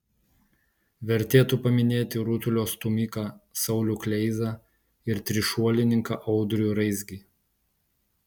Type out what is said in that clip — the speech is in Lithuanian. vertėtų paminėti rutulio stūmiką saulių kleizą ir trišuolininką audrių raizgį